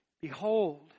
Behold